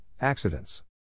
accidents